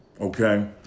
Okay